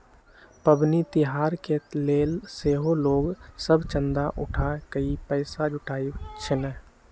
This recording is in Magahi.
पबनि तिहार के लेल सेहो लोग सभ चंदा उठा कऽ पैसा जुटाबइ छिन्ह